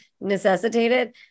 necessitated